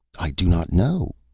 i do not know,